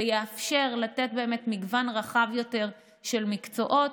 זה יאפשר לתת מגוון רחב יותר של מקצועות.